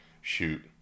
shoot